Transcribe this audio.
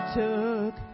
took